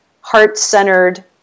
heart-centered